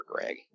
Greg